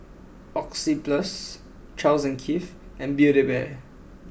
Oxyplus Charles N Keith and Build A Bear